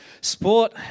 Sport